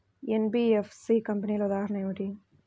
NBFC కంపెనీల ఉదాహరణ ఏమిటి?